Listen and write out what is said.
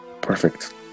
perfect